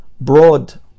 Broad